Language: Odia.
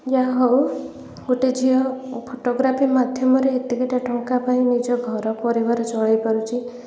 ଯାହା ହେଉ ଗୋଟେ ଝିଅ ଫୋଟୋଗ୍ରାଫି ମାଧ୍ୟମରେ ଏତିକିଟା ଟଙ୍କା ପାଇ ନିଜ ଘର ପରିବାର ଚଳେଇ ପାରୁଛି